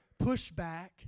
pushback